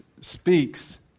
speaks